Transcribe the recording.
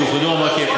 שיופרדו מהבנקים,